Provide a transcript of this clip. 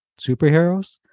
superheroes